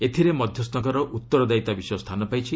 ଏଥିରେ ମଧ୍ୟସ୍ତଙ୍କର ଉତ୍ତରଦାୟିତା ବିଷୟ ସ୍ଥାନ ପାଇଛି